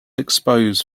expose